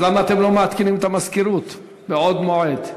אז למה אתם לא מעדכנים את המזכירות בעוד מועד?